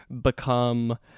become